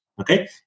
okay